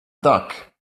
duck